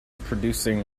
producing